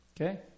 Okay